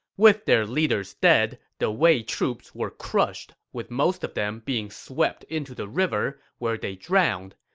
with their leaders dead, the wei troops were crushed, with most of them being swept into the river, where they drowned.